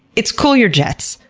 it's cool your jets.